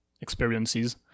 experiences